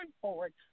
forward